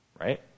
Right